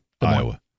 Iowa